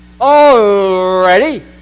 already